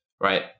right